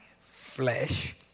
flesh